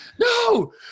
No